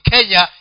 Kenya